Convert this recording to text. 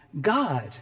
God